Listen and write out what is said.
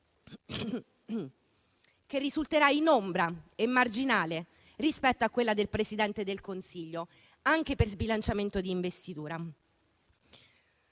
che risulterà in ombra e marginale rispetto a quella del Presidente del Consiglio, anche per sbilanciamento di investitura.